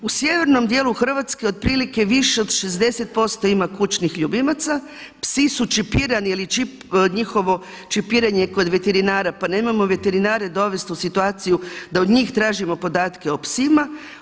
U sjevernom dijelu Hrvatske otprilike više od 60% ima kućnih ljubimaca, psi su čipirani jer je njihovo čipiranje kod veterinara, pa nemojmo veterinare dovesti u situaciju da od njih tražimo podatke o psima.